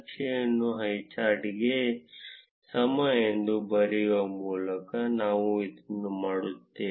ನಕ್ಷೆಯನ್ನು ಹೈಚಾರ್ಟ್ಗೆ ಸಮ ಎಂದು ಬರೆಯುವ ಮೂಲಕ ನಾವು ಇದನ್ನು ಮಾಡುತ್ತೇವೆ